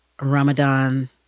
Ramadan